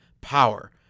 power